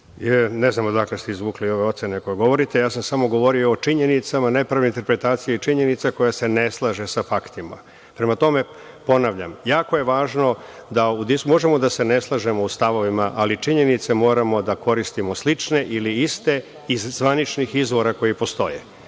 Ne znam odakle ste izvukli ove ocene koje govorite, ja sam samo govorio o činjenicama, nepravilnoj interpretacija činjenica, koja se ne slaže sa faktima. Prema tome, ponavljam, jako je važno da u diskusiji možemo da se ne slažemo u stavovima, ali činjenice moramo da koristimo slične ili iste iz zvaničnih izvora koji postoje. Govorio